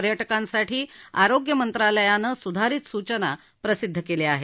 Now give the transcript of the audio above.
पर्याकांसाठी आरोग्य मंत्रालयानं सुधारित सुचना प्रसिद्ध केल्या आहेत